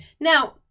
Now